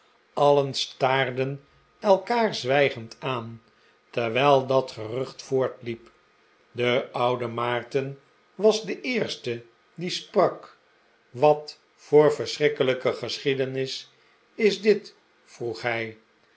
allen staarden elkaar zwijgend aan terwijl dat gerucht voortliep de oude maarten was de eerste die sprak wat voor verschrikkelijke geschiedenis is dit vroeg hij